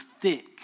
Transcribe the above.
thick